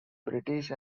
british